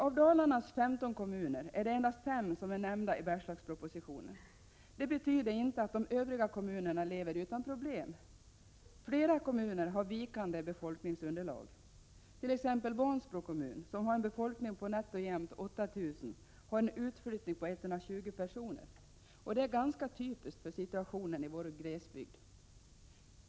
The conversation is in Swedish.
Av Dalarnas 15 kommuner är det endast fem som är nämnda i Bergslagspropositionen. Det betyder inte att de övriga kommunerna lever utan problem. Flera kommuner har vikande befolkningsunderlag. Exempelvis Vansbro kommun, som har en befolkning på nätt och jämnt 8 000, har en utflyttning på 120 personer. Det är ganska typiskt för situationen i vår glesbygd.